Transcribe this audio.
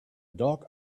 dog